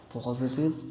positive